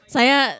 Saya